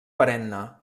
perenne